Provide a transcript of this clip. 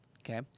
Okay